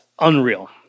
unreal